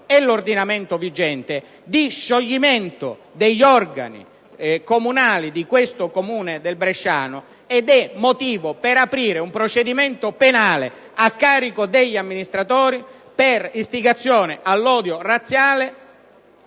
e l'ordinamento vigente, di scioglimento degli organi di quel Comune del bresciano, ed è motivo per aprire un procedimento penale a carico degli amministratori per istigazione all'odio razziale.